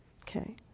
Okay